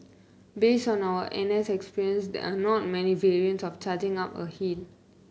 based on our N S experience there are not many variants of charging up a hill